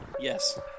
Yes